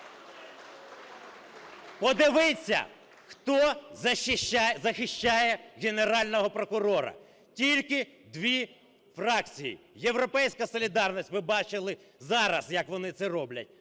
Подивіться, хто захищає Генерального прокурора! Тільки 2 фракції: "Європейська солідарність" (ви бачили зараз, як вони це роблять)